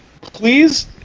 please